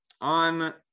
On